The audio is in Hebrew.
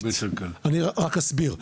אני רק אסביר,